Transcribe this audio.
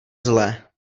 zle